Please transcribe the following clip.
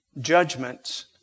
Judgments